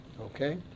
okay